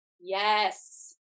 Yes